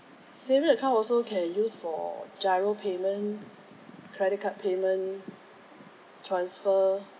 saving account also can use for GIRO payment credit card payment transfer